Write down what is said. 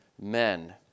men